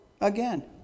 again